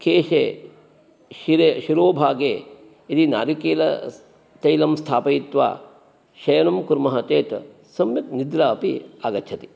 केशे शिरे शिरोभागे यदि नारिकेलतैलं स्थापयित्वा शयनं कुर्मः चेत् सम्यक् निद्रा अपि आगच्छति